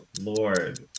Lord